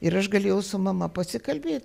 ir aš galėjau su mama pasikalbėt